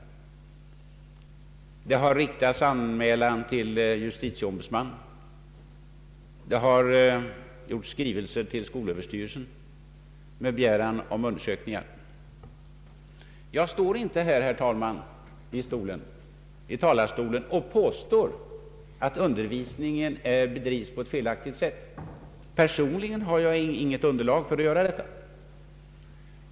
Anmälan har gjorts till JO och skrivelser med begäran om un dersökningar har ingivits till skolöverstyrelsen. Jag står inte här, herr talman, och påstår att undervisningen bedrivs på ett felaktigt sätt. Personligen saknar jag underlag för att göra ett sådant påstående.